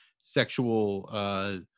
sexual